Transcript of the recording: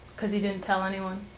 because he didn't tell anyone?